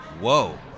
Whoa